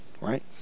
right